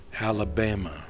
Alabama